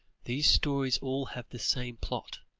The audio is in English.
these stories all have the same plot.